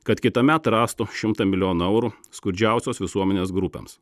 kad kitąmet rastų šimtą milijonų eurų skurdžiausios visuomenės grupėms